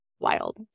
wild